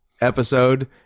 episode